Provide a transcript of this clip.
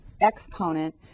exponent